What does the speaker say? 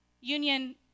Union